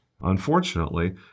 Unfortunately